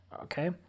Okay